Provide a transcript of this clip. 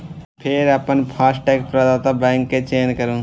फेर अपन फास्टैग प्रदाता बैंक के चयन करू